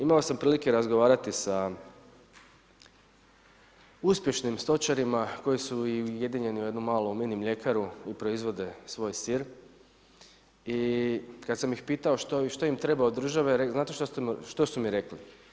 Imao sam prilike razgovarati sa uspješnim stočarima koji su ujedinjeni u jednu malu mini mljekaru i proizvode svoj sir i kada sam ih pitao što im treba od države, znate što su mi rekli.